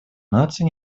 наций